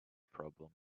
problem